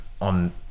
on